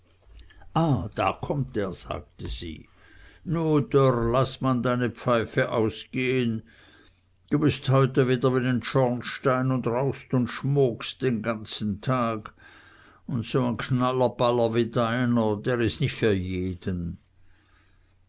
ah da kommt er sagte sie nu dörr laß mal deine pfeife ausgehen du bist heute wieder wie n schornstein un rauchst und schmookst den ganzen tag un so n knallerballer wie deiner der is nich für jeden